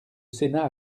sénat